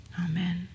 Amen